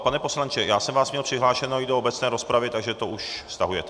Pane poslanče , já jsem vás měl přihlášeného i do obecné rozpravy, takže to už stahujete?